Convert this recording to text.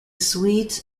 swedes